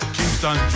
Kingston